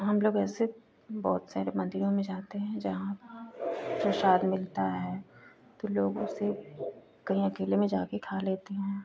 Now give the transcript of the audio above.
हमलोग ऐसे बहुत सारे मन्दिरों में जाते हैं जहाँ प्रसाद मिलता है तो लोग उसे कहीं अकेले में जाकर खा लेते हैं